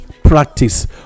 practice